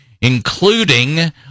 including